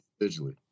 individually